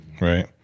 Right